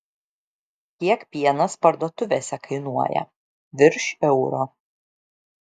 kiek pienas parduotuvėse kainuoja virš euro